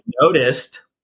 noticed